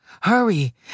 Hurry